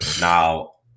Now